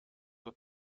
were